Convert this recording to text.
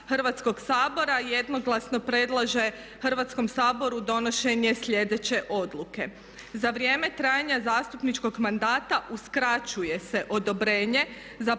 Hrvatskog sabora jednoglasno predlaže Hrvatskom saboru donošenje sljedeće odluke. Za vrijeme trajanja zastupničkog mandata uskraćuje se odobrenje za